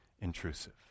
intrusive